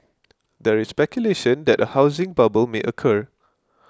there is speculation that a housing bubble may occur